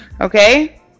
okay